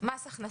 מס הכנסה,